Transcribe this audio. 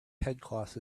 headcloth